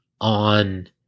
on